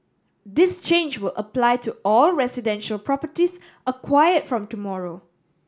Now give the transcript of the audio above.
this change will apply to all residential properties acquired from tomorrow